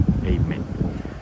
Amen